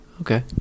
Okay